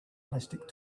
plastic